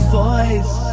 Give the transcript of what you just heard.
voice